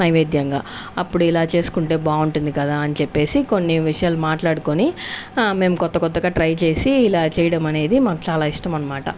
నైవేద్యంగా అప్పుడు ఇలా చేసుకుంటే బాగుంటుంది కదా అని చెప్పేసి కొన్ని విషయాలు మాట్లాడుకుని మేము కొత్త కొత్తగా ట్రై చేసి ఇలా చేయడం అనేది మాకు చాలా ఇష్టం అనమాట